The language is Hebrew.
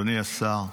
אדוני השר,